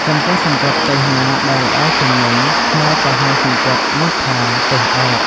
ចំពោះសំពត់ទេសណាដែលល្អជាងមុន ខ្មែរក៏ហៅសំពត់នោះថា «ទេសឯក»។